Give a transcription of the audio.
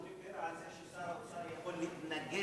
הוא דיבר על זה ששר האוצר יכול להתנגד,